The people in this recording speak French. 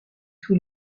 sous